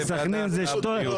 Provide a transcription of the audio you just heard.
ההצעה 10 נגד,